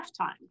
halftime